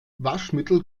waschmittel